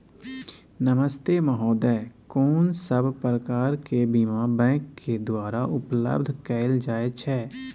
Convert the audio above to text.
नमस्ते महोदय, कोन सब प्रकार के बीमा बैंक के द्वारा उपलब्ध कैल जाए छै?